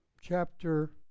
chapter